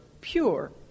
pure